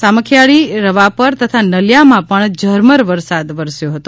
સામખિયાળી રવાપર તથા નલિયામાં પણ ઝરમર વરસાદ વરસ્યો હતો